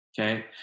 Okay